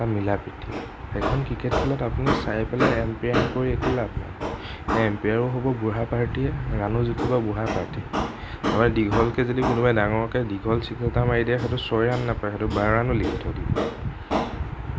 এটা মিলা প্ৰীতি সেইখন ক্ৰিকেট খেলত আপুনি চাৰিওফালে এম্পেয়াৰ কৰি একো লাভ নাই এম্পেয়াৰো হ'ব বুঢ়া পাৰ্টিয়ে ৰানো জিকিব বুঢ়া পাৰ্টিয়ে ধৰক দীঘলকে যদি কোনোবাই ডাঙৰকে দীঘল ছিক্স এটা মাৰি দিয়ে সেইটো ছয় ৰান নাপায় সেইটো বাৰ ৰান বুলি কৈ থৈ দিব